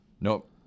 Nope